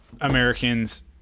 Americans